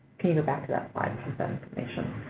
can you go back to that slide with that information?